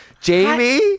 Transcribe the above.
Jamie